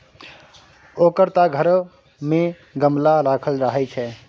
ओकर त घरो मे गमला राखल रहय छै